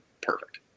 perfect